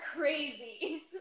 crazy